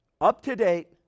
up-to-date